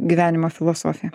gyvenimo filosofija